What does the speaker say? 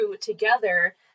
together